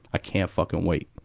i can't fucking wait.